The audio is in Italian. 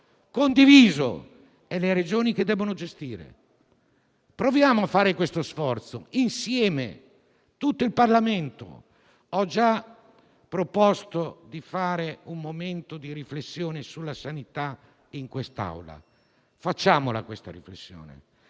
Regioni a dover occuparsi della gestione. Proviamo a fare questo sforzo insieme con tutto il Parlamento. Ho già proposto di fare un momento di riflessione sulla sanità in quest'Aula. Facciamola questa riflessione